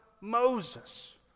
Moses